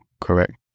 Correct